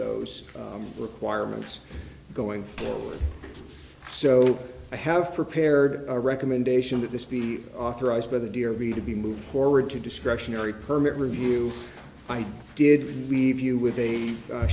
those requirements going forward so i have prepared a recommendation that this be authorized by the d or b to be moved forward to discretionary permit review i did leave you with a